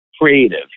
creative